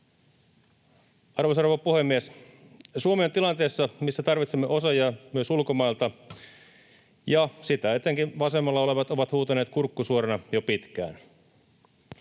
rouva puhemies! Suomi on tilanteessa, missä tarvitsemme osaajia myös ulkomailta, ja sitä etenkin vasemmalla olevat ovat huutaneet kurkku suorana jo pitkään.